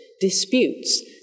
disputes